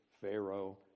Pharaoh